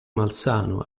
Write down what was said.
malsano